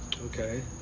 Okay